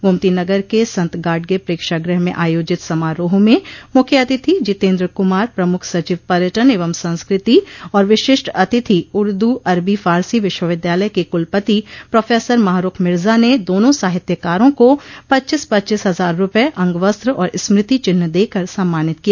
गोमतीनगर के संत गाडगे प्रेक्षागृह में आयोजित समारोह में कल मुख्य अतिथि जितेन्द्र कुमार प्रमुख सचिव पर्यटन एवं संस्कृति और विशिष्ट अतिथि उर्दू अरबी फारसी विश्वविद्यालय के कुलपति प्रोफेसर माहरूख मिर्जा ने दोनों साहित्यकारों को पच्चीस पच्चीस हजार रूपये अंगवस्त्र और स्मृति चिन्ह देकर सम्मानित किया